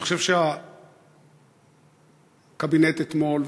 אני חושב שהקבינט אתמול,